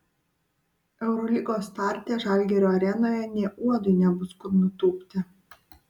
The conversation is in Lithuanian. eurolygos starte žalgirio arenoje nė uodui nebus kur nutūpti